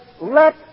Let